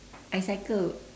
I cycle